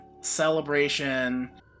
celebration